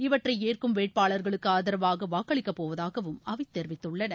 இவற்றை ஏற்கும் வேட்பாளர்களுக்கு ஆதரவாக வாக்களிக்கப்போவதாகவும் அதை தெரிவித்துள்ளன